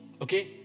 okay